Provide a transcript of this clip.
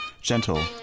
gentle